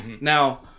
Now